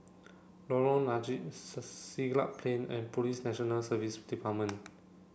Lorong Napiri Siglap Plain and Police National Service Department